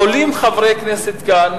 עולים חברי כנסת כאן,